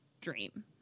dream